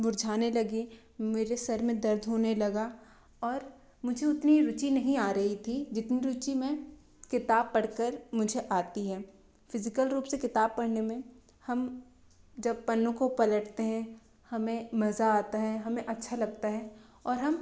मुरझाने लगी मेरे सर में दर्द होने लगा और मुझे इतनी रुचि नहीं आ रही थी जितनी रुचि में किताब पढ़कर मुझे आती है फिजिकल रूप से किताब पढ़ने में हम जब पन्नों को पलटते हैं हमें मजा आता है हमें अच्छा लगता है और हम